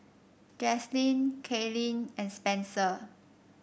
Jaslene Kailyn and Spencer